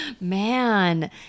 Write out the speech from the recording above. man